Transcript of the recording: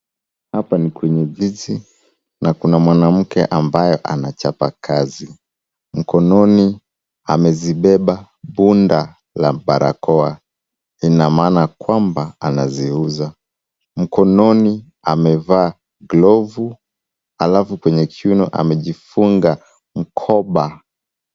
Hapa ni kwenye jiji na kuna mwanamke ambaye anachapa kazi. Mkononi amezibeba bunda la barakoa, ina maana kwamba anaziuza. Mkononi amevaa glovu, halafu kwenye kiuno amejifunga mkoba.